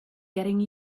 getting